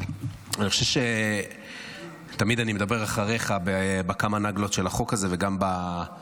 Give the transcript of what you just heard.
אני חושב שתמיד אני מדבר אחריך בכמה נגלות של החוק הזה וגם בוועדות,